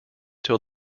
till